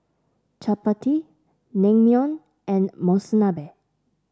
Chapati Naengmyeon and Monsunabe